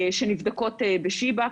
שנבדקות בשיבא,